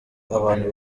abantu